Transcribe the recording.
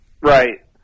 Right